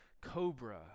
cobra